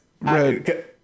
Red